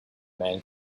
men